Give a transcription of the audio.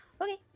Okay